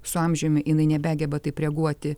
su amžiumi jinai nebegeba taip reaguoti